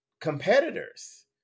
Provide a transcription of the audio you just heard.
competitors